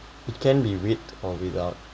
it can be with or without